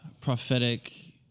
prophetic